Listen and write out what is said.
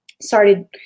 started